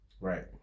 Right